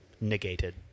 negated